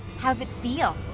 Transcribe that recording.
how's it feel?